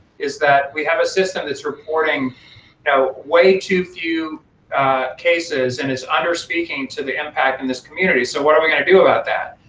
is that we have a system that's reporting you know way too few cases and is under-speaking to the impact in this community, so what are we gonna do about that?